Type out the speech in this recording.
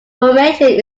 formation